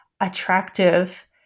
attractive